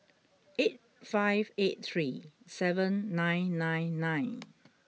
eight five eight three seven nine nine nine